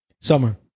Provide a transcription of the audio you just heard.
Summer